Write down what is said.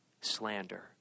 slander